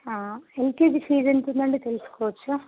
UKG fees ఎంత ఉందండి తెలుసుకోవచ్చా